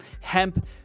hemp